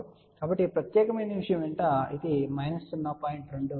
కాబట్టి ఈ ప్రత్యేకమైన విషయం వెంట ఇది 0